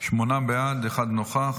שמונה בעד, אחד נוכח.